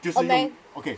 ameri~